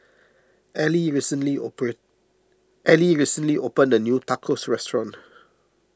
Ally recently open Ally recently opened a new Tacos restaurant